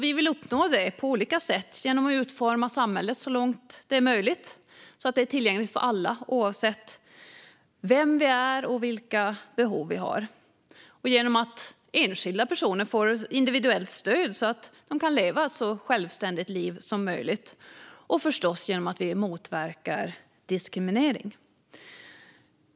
Vi vill uppnå det genom att utforma samhället så att det så långt som möjligt är tillgängligt för alla, oavsett vem man är och vilka behov man har, genom att enskilda personer får individuellt stöd så att de kan leva ett så självständigt liv som möjligt och - förstås - genom att motverka diskriminering.